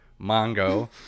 Mongo